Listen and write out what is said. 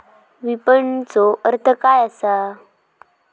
विपणनचो अर्थ काय असा?